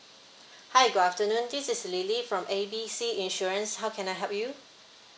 hi good afternoon this is lily from A B C insurance how can I help you